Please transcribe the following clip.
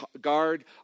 guard